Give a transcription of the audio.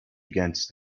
against